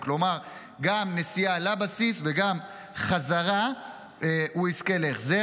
כלומר, גם בנסיעה לבסיס וגם בחזרה הוא יזכה להחזר.